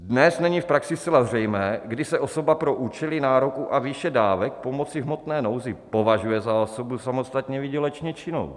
Dnes není v praxi zcela zřejmé, kdy se osoba pro účely nároku a výše dávek pomoci v hmotné nouzi považuje za osobu samostatně výdělečně činnou.